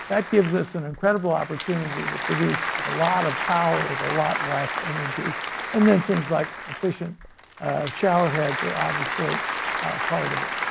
that gives us an incredible opportunity to produce a lot of power with a lot less energy and then things like efficient shower heads are obviously part of it.